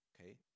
okay